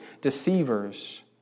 deceivers